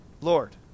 Lord